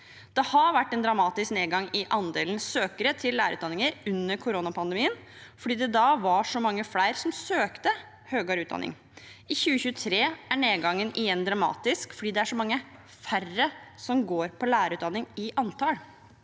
Det har vært en dramatisk nedgang i andelen søkere til lærerutdanninger under koronapandemien, fordi det da var så mange flere som søkte høyere utdanning. I 2023 er nedgangen igjen dramatisk, fordi det er så mange færre i antall som går på lærerutdanning.